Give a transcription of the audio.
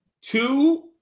two